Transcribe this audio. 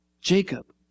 Jacob